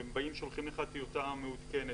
שהם שולחים לך טיוטה מעודכנת,